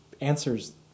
answers